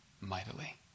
mightily